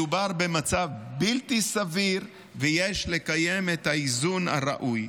מדובר במצב בלתי סביר, ויש לקיים את האיזון הראוי.